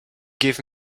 give